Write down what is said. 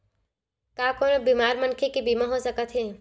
का कोनो बीमार मनखे के बीमा हो सकत हे?